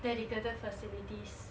dedicated facilities